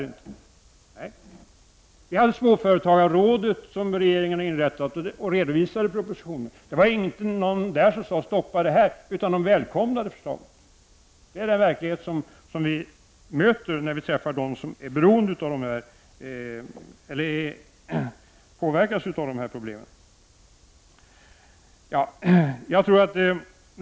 Det var inte heller någon från småföretagarrådet, som regeringen har inrättat och redovisar i propositionen, som sade att man skulle stoppa detta, utan man välkomnade förslaget. Det är denna verklighet som vi möter när vi träffar dem som påverkas av dessa problem.